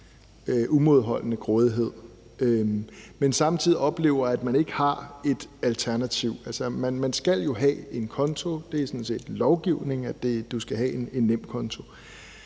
umådeholdne grådighed, men samtidig oplever de, at man ikke har et alternativ. Man skal jo have en konto; det er sådan set lovgivning, at du skal have en NemKonto.